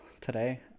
today